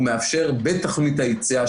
הוא מאפשר בתוכנית היציאה,